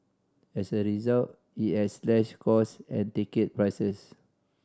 as a result it has slashed cost and ticket prices